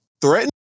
threatened